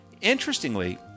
Interestingly